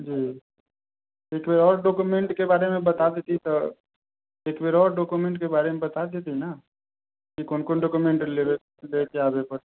जी एक बेर आओर डॉक्युमेन्टके बारेमे बता देतिऐ तऽ एक बेर आओर डॉक्युमेन्टके बारेमे बता देतिऐ ने कि कोन कोन डॉक्युमेन्ट लेबै लएके आबै पड़तै